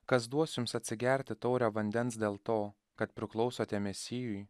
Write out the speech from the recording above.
kas duos jums atsigerti taurę vandens dėl to kad priklausote mesijui